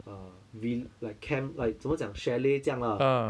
uh vil~ like camp like 怎么讲 chalet 这样啦